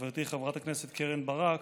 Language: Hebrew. חברתי חברת הכנסת קרן ברק,